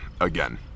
again